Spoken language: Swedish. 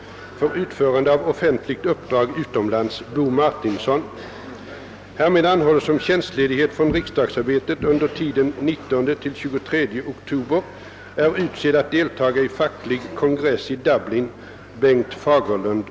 Som skäl för denna anhållan ber jag få anmäla, att resan är avsedd äga rum till Irland och Schweiz för idrottsadministrativa och idrottsrepresentativa uppgifter av betydelse. Åtvidaberg den 8 oktober 1970 : Gunnar Ericsson,